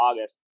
August